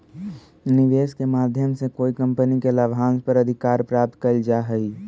निवेश के माध्यम से कोई कंपनी के लाभांश पर अधिकार प्राप्त कैल जा हई